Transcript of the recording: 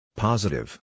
Positive